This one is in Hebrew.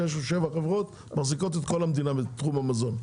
שש או שבע חברות מחזיקות את כל המדינה בתחום המזון,